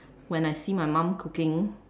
when I see my mum cooking